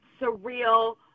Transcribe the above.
surreal